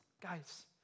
guys